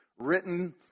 written